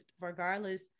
regardless